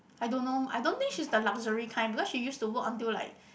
I don't know I don't think she's the luxury kind because she used to work until like